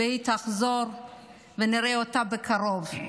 שהיא תחזור ונראה אותה בקרוב.